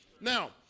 Now